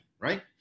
right